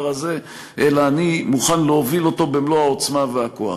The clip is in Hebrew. הזה אלא אני מוכן להוביל אותו במלוא העוצמה והכוח.